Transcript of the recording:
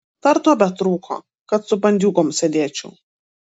dar to betrūko kad su bandiūgom sėdėčiau